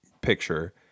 picture